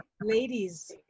ladies